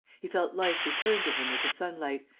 he felt life return to him with the sunlight,